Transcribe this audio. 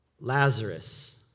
Lazarus